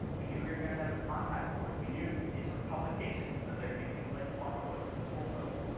we knew we were going to have a contact form, we knew these were publications so there'd be things like block quotes and full quotes.